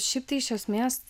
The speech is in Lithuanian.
šiaip tai iš esmės